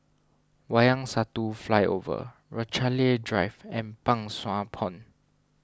Wayang Satu Flyover Rochalie Drive and Pang Sua Pond